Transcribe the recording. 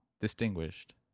Distinguished